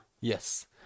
Yes